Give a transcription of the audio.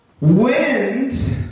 wind